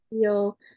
feel